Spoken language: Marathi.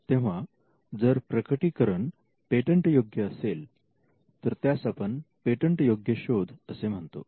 तेव्हा जर प्रकटीकरण पेटंट योग्य असेल तर त्यास आपण पेटंट योग्य शोध असे म्हणतो